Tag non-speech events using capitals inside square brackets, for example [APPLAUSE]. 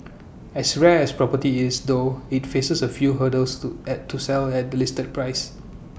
as rare as property is though IT faces A few hurdles to [NOISE] to sell at the listed price